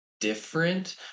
different